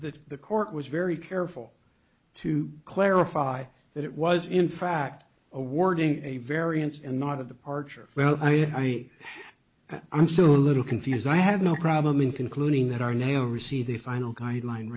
that the court was very careful to clarify that it was in fact awarding a variance and not a departure well i i'm still a little confuse i have no problem in concluding that our now receive the final guideline